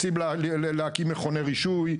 רוצים להקים מכוני רישוי,